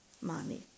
money